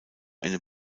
eine